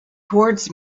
towards